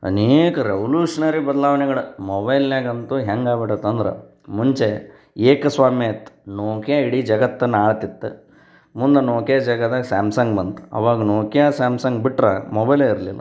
ಅನೇಕ ರೆವ್ಲುಷ್ನರಿ ಬದ್ಲಾವಣೆಗಳು ಮೊಬೈಲ್ನಾಗ ಅಂತೂ ಹೆಂಗೆ ಆಗ್ಬಿಟೈತೆ ಅಂದ್ರೆ ಮುಂಚೆ ಏಕಸ್ವಾಮ್ಯ ಇತ್ತು ನೋಕ್ಯ ಇಡೀ ಜಗತ್ತನ್ನು ಆಳ್ತಿತ್ತು ಮುಂದೆ ನೋಕ್ಯ ಜಾಗದಾಗ ಸ್ಯಾಮ್ಸಂಗ್ ಬಂತು ಅವಾಗ ನೋಕ್ಯ ಸ್ಯಾಮ್ಸಂಗ್ ಬಿಟ್ರೆ ಮೊಬೈಲೇ ಇರಲಿಲ್ಲ